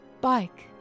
bike